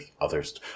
others